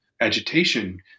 agitation